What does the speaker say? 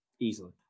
Easily